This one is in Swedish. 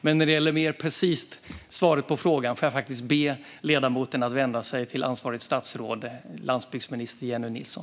Men när det gäller det mer precisa svaret på frågan får jag faktiskt be ledamoten att vända sig till ansvarigt statsråd, landsbygdsminister Jennie Nilsson.